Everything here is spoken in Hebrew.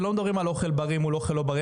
הם לא מדברים על אוכל בריא מול אוכל לא בריא,